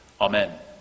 Amen